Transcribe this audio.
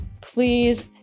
please